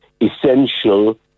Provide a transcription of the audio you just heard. essential